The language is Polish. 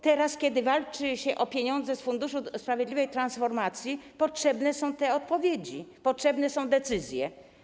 Teraz, kiedy walczy się o pieniądze z funduszu sprawiedliwej transformacji, potrzebne są odpowiedzi, potrzebne są decyzje.